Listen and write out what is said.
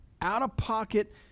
out-of-pocket